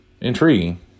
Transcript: Intriguing